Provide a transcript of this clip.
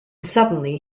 suddenly